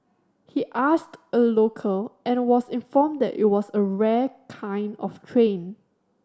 he asked a local and was informed that it was a rare kind of train